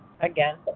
again